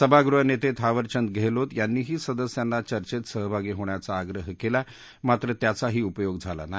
सभागृह नेते थावरचंद गेहलोत यांनीही सदस्यांना चर्चेत सहभागी होण्याचा आग्रह केला मात्र त्याचाही उपयोग झाला नाही